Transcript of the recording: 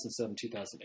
2007-2008